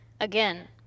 Again